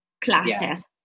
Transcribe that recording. classes